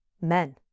Men